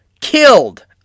killed